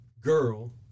girl